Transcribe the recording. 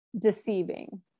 deceiving